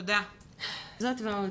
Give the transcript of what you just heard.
זאת ועוד.